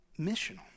missional